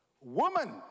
woman